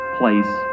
place